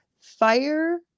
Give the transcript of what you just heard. Fire